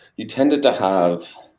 you tended to have,